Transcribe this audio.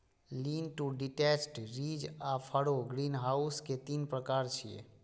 lean to detached, ridge आ furrow greenhouse के तीन प्रकार छियै